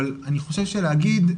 אבל אני חושב שלהגיד,